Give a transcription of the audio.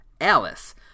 Alice